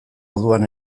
orduan